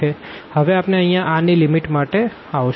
હવે આપણે અહિયાં r ની લીમીટ માટે આવશું